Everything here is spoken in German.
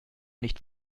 nicht